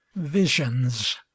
Visions